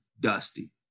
dusty